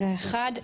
שמעון.